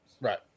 Right